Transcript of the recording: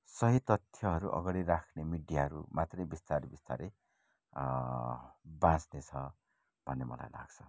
सही तथ्यहरू अगाडि राख्ने मिडियाहरू मात्रै बिस्तारै बिस्तारै बाच्ने छ भन्ने मलाई लाग्छ